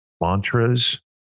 mantras